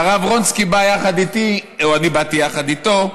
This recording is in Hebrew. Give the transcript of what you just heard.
והרב רונצקי בא יחד איתי, או אני באתי יחד איתו,